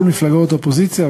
כל מפלגות האופוזיציה,